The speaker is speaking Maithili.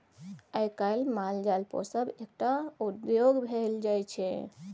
आइ काल्हि माल जाल पोसब एकटा उद्योग भ गेल छै